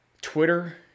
Twitter